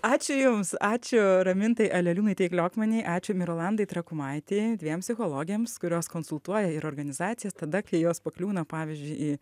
ačiū jums ačiū ramintai aleliūnaitei kliokmanei ačiū mirolandai trakumaitei dviem psichologėms kurios konsultuoja ir organizacijas tada kai jos pakliūna pavyzdžiui į